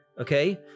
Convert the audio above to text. Okay